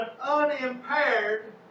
unimpaired